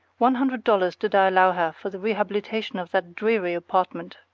one hundred dollars did i allow her for the rehabilitation of that dreary apartment.